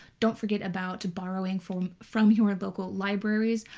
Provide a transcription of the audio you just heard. don't forget about borrowing form from your local libraries.